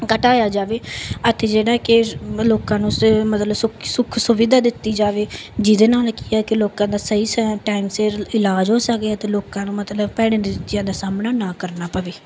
ਘਟਾਇਆ ਜਾਵੇ ਅਤੇ ਜਿਹੜਾ ਕਿ ਲੋਕਾਂ ਨੂੰ ਸ ਮਤਲਬ ਸੁੱਖ ਸੁੱਖ ਸੁਵਿਧਾ ਦਿੱਤੀ ਜਾਵੇ ਜਿਹਦੇ ਨਾਲ ਕੀ ਹੈ ਕਿ ਲੋਕਾਂ ਦਾ ਸਹੀ ਸੈ ਟਾਈਮ ਸਿਰ ਇਲਾਜ ਹੋ ਸਕੇ ਅਤੇ ਲੋਕਾਂ ਨੂੰ ਮਤਲਬ ਭੈੜੇ ਨਤੀਜਿਆਂ ਦਾ ਸਾਹਮਣਾ ਨਾ ਕਰਨਾ ਪਵੇ